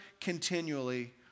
continually